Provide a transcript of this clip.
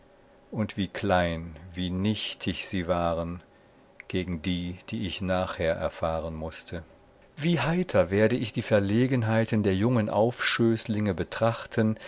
und wie klein wie nichtig sie waren gegen die die ich nachher erfahren mußte wie heiter werde ich die verlegenheiten der jungen aufschößlinge betrachten